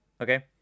Okay